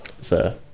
sir